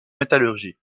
métallurgie